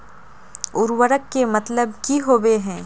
उर्वरक के मतलब की होबे है?